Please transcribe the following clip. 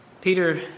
Peter